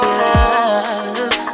love